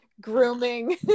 grooming